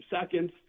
seconds